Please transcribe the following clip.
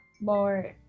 more